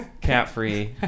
cat-free